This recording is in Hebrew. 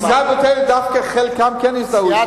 ישראל ביתנו דווקא חלקם כן הזדהו אתי.